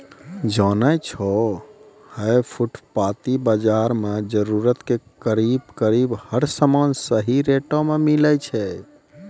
जानै छौ है फुटपाती बाजार मॅ जरूरत के करीब करीब हर सामान सही रेटो मॅ मिलै छै